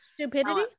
stupidity